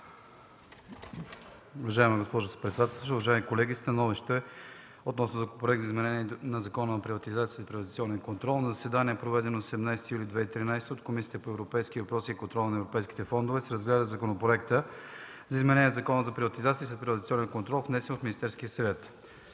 Уважаема госпожо председателстващ, уважаеми колеги! „СТАНОВИЩЕ относно Законопроект за изменение на Закона за приватизация и следприватизационен контрол На заседанието, проведено на 17 юли 2013 г., Комисията по европейските въпроси и контрол на европейските фондове разгледа Законопроекта за изменение на Закона за приватизация и следприватизационен контрол, внесен от Министерския съвет.